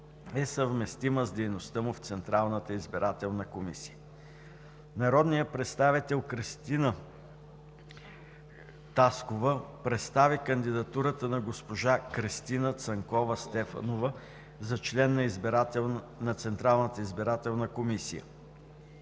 е съвместима с дейността му в Централната избирателна комисия. Народният представител Кръстина Таскова представи кандидатурата на госпожа Кристина Цанкова-Стефанова за член на Централната избирателна комисия.